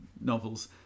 novels